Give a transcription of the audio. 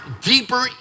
deeper